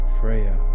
Freya